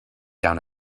down